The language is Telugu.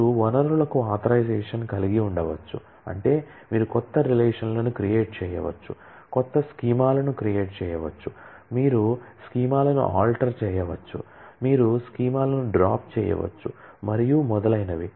మీరు వనరులకు ఆథరైజషన్ కలిగి ఉండవచ్చు అంటే మీరు కొత్త రిలేషన్ లను క్రియేట్ చేయవచ్చు కొత్త స్కీమాలను క్రియేట్ చేయవచ్చు మీరు స్కీమాలను ఆల్టర్ చేయవచ్చు మీరు స్కీమాలను డ్రాప్ చేయవచ్చు మరియు మొదలైనవి